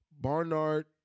Barnard